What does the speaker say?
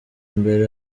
imbere